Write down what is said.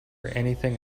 anything